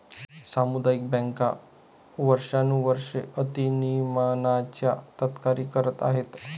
सामुदायिक बँका वर्षानुवर्षे अति नियमनाच्या तक्रारी करत आहेत